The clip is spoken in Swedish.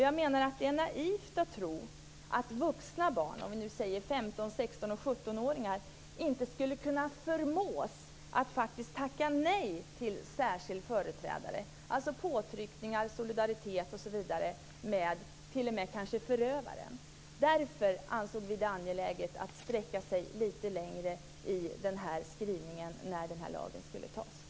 Jag menar att det är naivt att tro att vuxna barn - 15-17-åringar - inte skulle kunna förmås att faktiskt tacka nej till särskild företrädare, alltså genom påtryckningar av och solidaritet med kanske t.o.m. förövaren. Därför ansåg vi det angeläget att sträcka sig lite längre i skrivningen när den här lagen skulle beslutas.